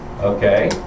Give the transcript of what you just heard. Okay